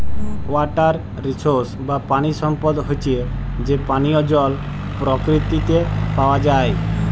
water resource বা পানি সম্পদ হচ্যে যে পানিয় জল পরকিতিতে পাওয়া যায়